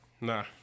nah